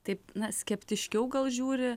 taip na skeptiškiau gal žiūri